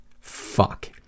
fuck